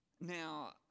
Now